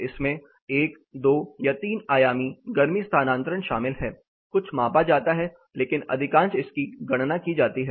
इसमें 1 2 या 3 आयामी गर्मी स्थानांतरण शामिल हैं कुछ मापा जाता है लेकिन अधिकांश इसकी गणना की जाती है